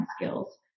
skills